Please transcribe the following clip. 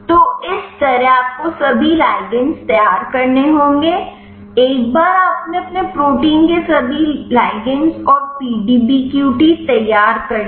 तो इस तरह आपको सभी लिगंड तैयार करने होंगे एक बार आपने अपने प्रोटीन के सभी लिगंड और पीडीबीक्यूटी तैयार कर लिए